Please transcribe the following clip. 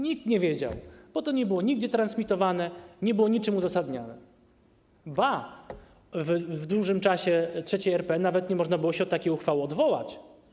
Nikt nie wiedział, bo to nie było nigdzie transmitowane, nie było niczym uzasadniane, ba, w długim czasie III RP nawet nie można było się od takiej uchwały odwołać.